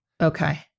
Okay